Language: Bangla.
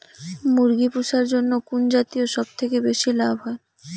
মুরগি পুষার জন্য কুন জাতীয় সবথেকে বেশি লাভ হয়?